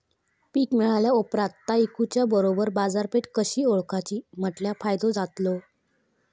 पीक मिळाल्या ऑप्रात ता इकुच्या बरोबर बाजारपेठ कशी ओळखाची म्हटल्या फायदो जातलो?